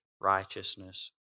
righteousness